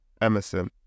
Emerson